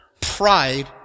Pride